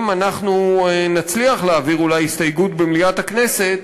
אנחנו נצליח אולי להעביר הסתייגות במליאת הכנסת,